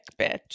bitch